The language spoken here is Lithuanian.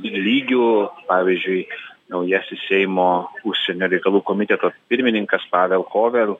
lygiu pavyzdžiui naujasis seimo užsienio reikalų komiteto pirmininkas pavel kovel